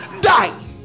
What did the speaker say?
die